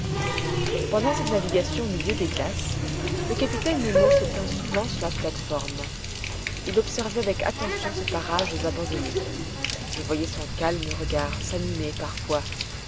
pendant cette navigation au milieu des glaces le capitaine nemo se tint souvent sur la plate-forme il observait avec attention ces parages abandonnés je voyais son calme regard s'animer parfois